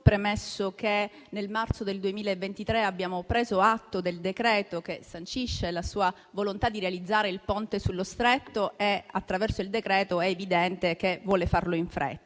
premetto che nel marzo del 2023 abbiamo preso atto del decreto-legge che sancisce la sua volontà di realizzare il Ponte sullo Stretto e attraverso il decreto è evidente che vuole farlo in fretta.